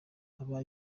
aba